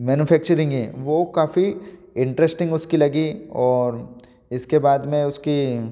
manufacturing है वो काफ़ी इंटरेस्टिंग उसकी लगी और इसके बाद में उसके